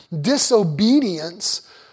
disobedience